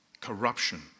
corruption